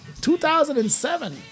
2007